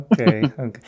Okay